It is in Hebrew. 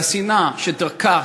והשנאה שדקרה